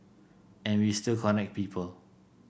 and we still connect people